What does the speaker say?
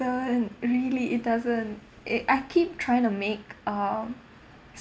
really it doesn't it I keep trying to make uh